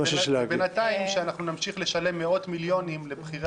אנחנו בינתיים נמשיך לשלם מאות מיליונים לבכירי